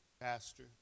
pastor